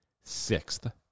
Sixth